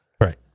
Right